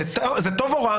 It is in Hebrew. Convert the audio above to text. זה טוב או רע?